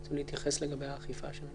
אתם רוצים להתייחס לאכיפה?